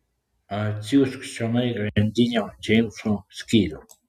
atsiųsk čionai grandinio džeimso skyrių